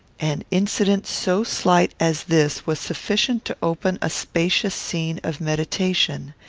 an incident so slight as this was sufficient to open a spacious scene of meditation.